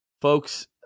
folks